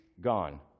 gone